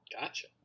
Gotcha